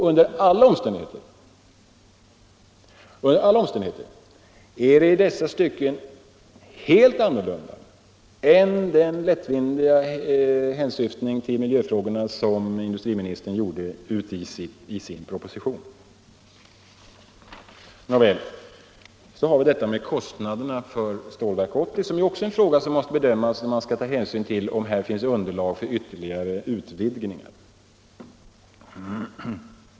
Under alla omständigheter är det helt annorlunda i dessa stycken än den lättvindiga hänsyftning till miljöfrågan som industriministern gjorde i sin proposition. Så har vi kostnaderna för Stålverk 80, vilket också är en fråga som måste bedömas när man skall ta ställning till om här finns underlag för ytterligare utvidgningar.